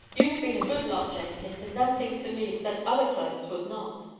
you have been a good lot, jenkins, and done things for me that other clerks would not.